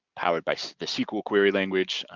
powered by the sql query language.